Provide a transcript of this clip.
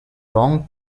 long